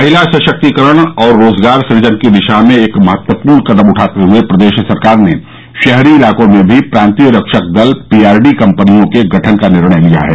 महिला सशक्तिकरण और रोजगार सृजन की दिशा में एक महत्वपूर्ण कदम उठाते हुए प्रदेश सरकार ने शहरी इलाकों में भी प्रांतीय रक्षक दल पीआरडी कम्पनियों के गठन का निर्णय लिया है